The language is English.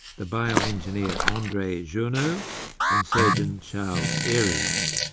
the bioengineer andre djourno and surgeon charles eyries.